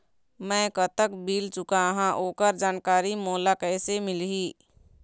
मैं कतक बिल चुकाहां ओकर जानकारी मोला कइसे मिलही?